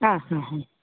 हा हा हा